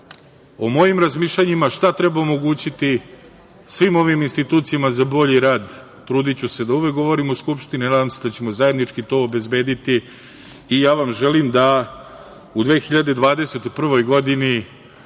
o mojim razmišljanjima, šta treba omogućiti svim ovim institucijama za bolji rad, trudiću se da uvek govorim u Skupštini, a nadam se da ćemo zajednički to obezbediti. Ja vam želim da u 2021. godini